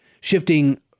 Shifting